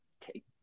take